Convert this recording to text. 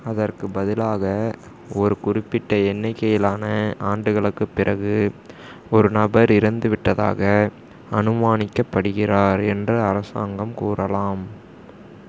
அதற்கு பதிலாக ஒரு குறிப்பிட்ட எண்ணிக்கையிலான ஆண்டுகளுக்குப் பிறகு ஒரு நபர் இறந்துவிட்டதாக அனுமானிக்கப்படுகிறார் என்று அரசாங்கம் கூறலாம்